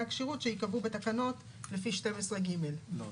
הכשירות שייקבעו בתקנות לפי 12ג. לא,